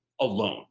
alone